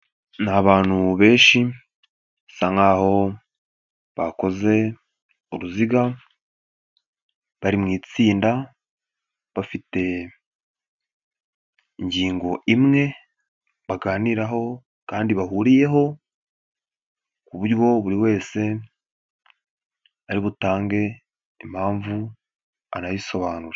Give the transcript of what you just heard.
Ni abantu benshi basa nkaho bakoze uruziga bari mu itsinda, bafite ingingo imwe baganiraho kandi bahuriyeho ku buryo buri wese ari butange impamvu arayisobanura.